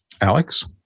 Alex